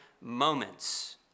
moments